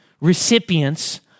recipients